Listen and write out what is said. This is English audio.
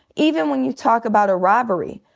even when you talk about a robbery,